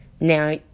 Now